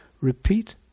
Repeat